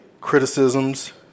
criticisms